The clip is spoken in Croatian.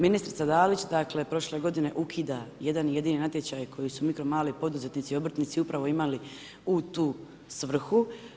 Ministrica Dalić, dakle prošle godine ukida jedan jedini natječaj koji su mikro mali poduzetnici i obrtnici upravo imali u tu svrhu.